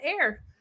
air